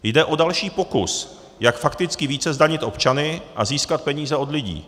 Jde o další pokus, jak fakticky více zdanit občany a získat peníze od lidí.